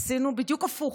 עשינו בדיוק הפוך: